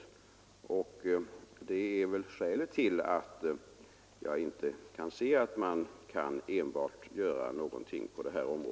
Det är skälet till att jag inte kan finna att man kan vidta en åtgärd enbart avseende dessa fall.